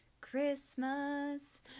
Christmas